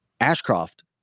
Ashcroft